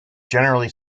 generally